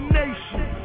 nation